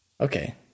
Okay